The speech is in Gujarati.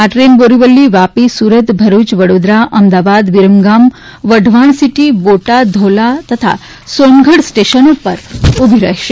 આ ટ્રેન બોરીવલી વાપી સુરત ભરૂચ વડોદરા અમદાવાદ વીરમગામ વઢવાણ સિટી બોટાદ ધોલા તથા સોનગઢ સ્ટેશનો પર ઊભી રહેશે